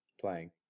playing